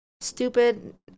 Stupid